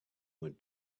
went